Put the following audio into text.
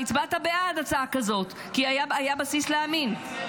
אתה הצבעת בעד הצעה כזאת כי היה בסיס להאמין.